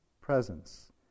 presence